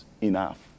enough